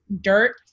dirt